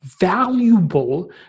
valuable